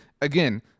again